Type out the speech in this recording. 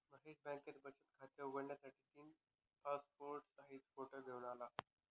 महेश बँकेत बचत खात उघडण्यासाठी तीन पासपोर्ट साइज फोटो घेऊन आला